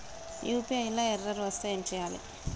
UPI లా error వస్తే ఏం చేయాలి?